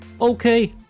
Okay